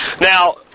Now